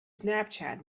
snapchat